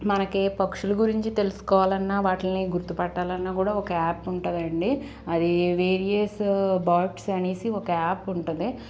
మనకి పక్షుల గురించి తెలుసుకోవాలన్నా వాట్లిని గుర్తు పెట్టాలన్నా ఒక యాప్ ఉంటుందండి అది వెరియస్ బర్డ్స్ అనేసి ఒక యాప్ ఉంటుంది